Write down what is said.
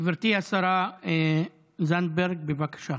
גברתי השרה זנדברג, בבקשה.